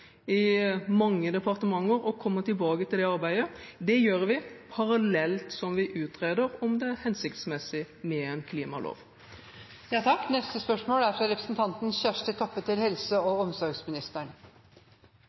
i mange departementer og kommer tilbake til det arbeidet. Det gjør vi parallelt som vi utreder om det er hensiktsmessig med en klimalov. «Regjeringa har varsla at ein vil legga til